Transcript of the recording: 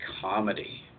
comedy